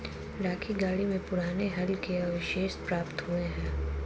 राखीगढ़ी में पुराने हल के अवशेष प्राप्त हुए हैं